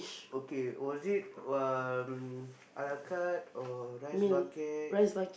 okay was it um a la carte or rice bucket